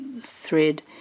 thread